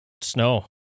Snow